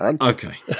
Okay